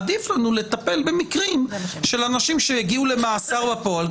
עדיף לנו לטפל במקרים של אנשים שהגיעו למאסר בפועל,